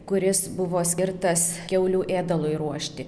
kuris buvo skirtas kiaulių ėdalui ruošti